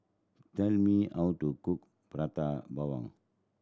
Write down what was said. tell me how to cook Prata Bawang